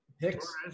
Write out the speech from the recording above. Hicks